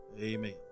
Amen